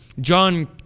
John